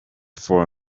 for